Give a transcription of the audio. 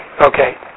Okay